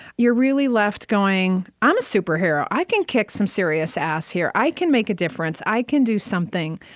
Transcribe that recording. you're really left, going, i'm a superhero. i can kick some serious ass here. i can make a difference. i can do something.